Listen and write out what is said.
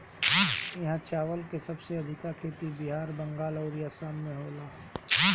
इहा चावल के सबसे अधिका खेती बिहार, बंगाल अउरी आसाम में होला